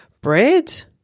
bread